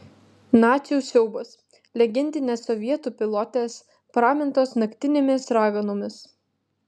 nacių siaubas legendinės sovietų pilotės pramintos naktinėmis raganomis